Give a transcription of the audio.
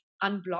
Unblock